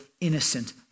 innocent